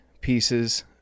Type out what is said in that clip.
pieces